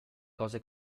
cose